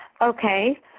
Okay